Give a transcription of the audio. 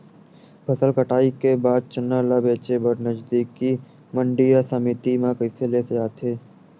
फसल कटाई के बाद चना ला बेचे बर नजदीकी मंडी या समिति मा कइसे ले जाथे?